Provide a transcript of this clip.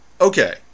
Okay